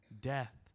death